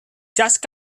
just